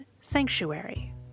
sanctuary